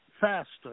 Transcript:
faster